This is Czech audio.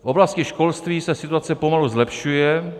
V oblasti školství se situace pomalu zlepšuje.